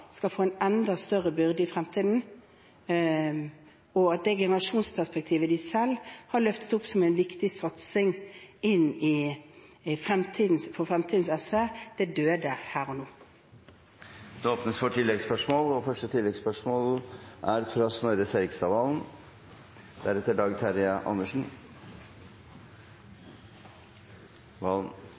skal få en enda større byrde i fremtiden, og at det generasjonsperspektivet de selv har løftet opp som en viktig satsing for fremtidens SV, døde her og nå. Det blir oppfølgingsspørsmål – først Snorre Serigstad Valen. Jeg spør meg hvordan det kan ha seg at det aldri er